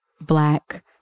Black